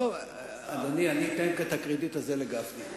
אני את הקרדיט הזה אתן לגפני,